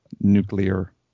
nuclear